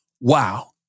wow